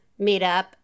meetup